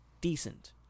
decent